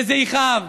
וזה יכאב.